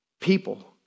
people